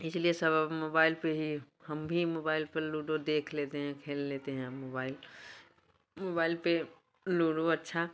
इसलिए सब अब मोबाइल पे ही हम भी मोबाइल पर लुडो देख लेते हैं खेल लेते हैं हम मोबाइल मोबाइल पे लुडो अच्छा